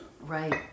Right